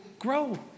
grow